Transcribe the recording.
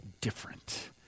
different